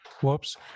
Whoops